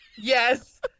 Yes